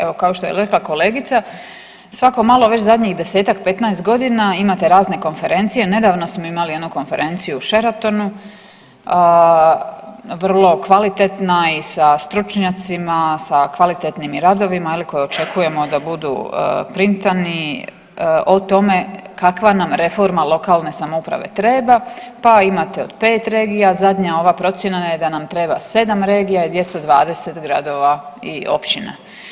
Evo, kao što je rekla kolegica, svako malo već zadnjih 10-ak, 15 godina imate razne konferencije, nedavno smo imali jednu konferenciju u Sheratonu, vrlo kvalitetna i sa stručnjacima, sa kvalitetnim i radovima koje očekujemo da budu printani, o tome kakva nam reforma lokalne samouprave treba, pa imate od 5 regija, zadnja ova procjena je da nam treba 7 regija i 220 gradova i općina.